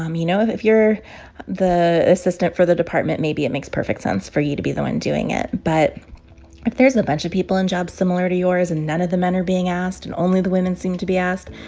um you know? if if you're the assistant for the department, maybe it makes perfect sense for you to be the one doing it. but if there's a bunch of people in jobs similar to yours and none of the men are being asked and only the women seem to be asked,